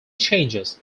changes